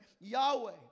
Yahweh